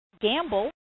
gamble